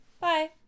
Bye